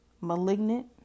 malignant